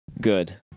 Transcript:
good